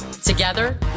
Together